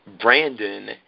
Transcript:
Brandon